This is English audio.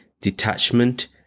detachment